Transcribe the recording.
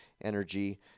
energy